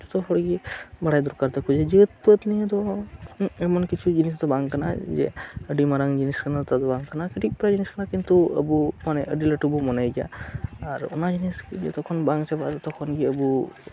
ᱡᱚᱛᱚ ᱦᱚᱲᱜᱮ ᱵᱟᱲᱟᱭ ᱫᱚᱨᱠᱟᱨ ᱛᱟᱠᱚ ᱡᱮ ᱡᱟᱹᱛ ᱯᱟᱹᱛ ᱱᱤᱭᱮ ᱫᱚ ᱮᱢᱚᱱ ᱠᱤᱪᱷᱩ ᱡᱤᱱᱤᱥᱫᱚ ᱵᱟᱝ ᱠᱟᱱᱟ ᱡᱮ ᱟᱹᱰᱤ ᱢᱟᱨᱟᱝ ᱡᱤᱱᱤᱥ ᱠᱟᱱᱟ ᱛᱟ ᱫᱚ ᱵᱟᱝ ᱠᱟᱱᱟ ᱠᱟᱹᱴᱤᱡ ᱯᱟᱨᱟ ᱡᱤᱱᱤᱥ ᱠᱟᱱᱟ ᱠᱤᱱᱛᱩ ᱟᱵᱚ ᱢᱟᱱᱮ ᱟᱹᱰᱤ ᱞᱟᱹᱴᱩᱵᱚᱱ ᱢᱚᱱᱮᱭ ᱜᱮᱭᱟ ᱟᱨ ᱚᱱᱟᱡᱤᱱᱤᱥ ᱡᱚᱛᱚᱠᱷᱚᱱ ᱵᱟᱝ ᱪᱟᱵᱟᱜᱼᱟ ᱛᱚᱛᱚᱠᱷᱚᱱ ᱜᱮ ᱟᱵᱚ